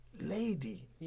lady